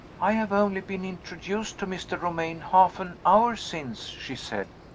i have only been introduced to mr. romayne half an hour since, she said.